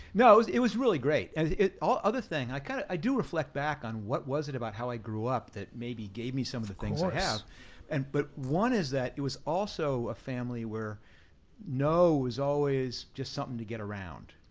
no, it was it was really great, and ah other thing, i kind of i do reflect back on what was it about how i grew up, that maybe gave me some of the things i have? and but one is that, it was also a family where no was always just something to get around.